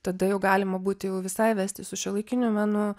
tada jau galima būt jau visai vesti su šiuolaikiniu menu